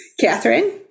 Catherine